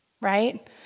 right